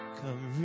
come